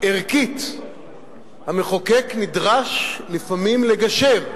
ערכית המחוקק נדרש לפעמים לגשר,